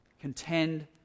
contend